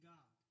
God